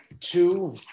two